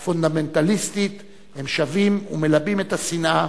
פונדמנטליסטית הם שבים ומלבים את השנאה,